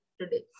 today